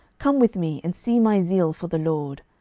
come with me, and see my zeal for the lord.